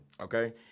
okay